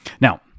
Now